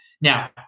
Now